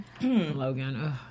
Logan